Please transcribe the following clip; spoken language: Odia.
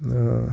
ହଁ